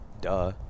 Duh